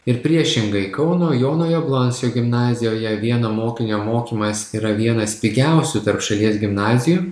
ir priešingai kauno jono jablonskio gimnazijoje vieno mokinio mokymas yra vienas pigiausių tarp šalies gimnazijų